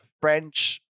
French